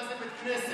מה זה בית כנסת?